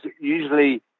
usually